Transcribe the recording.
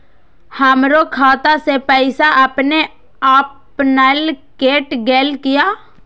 हमरो खाता से पैसा अपने अपनायल केट गेल किया?